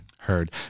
heard